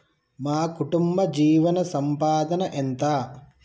మా కుటుంబ జీవన సంపాదన ఎంత?